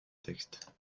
texte